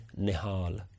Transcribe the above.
Nihal